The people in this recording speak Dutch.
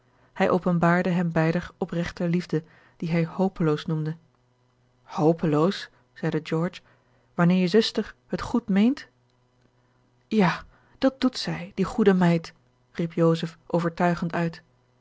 hij openbaarde hem beider opregte liefde die hij hopeloos noemde hopeloos zeide george wanneer je zuster het goed meent ja dat doet zij die goede meid riep joseph overtuigend uit